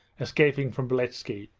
escaping from beletski.